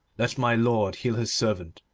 let my lord heal his servant,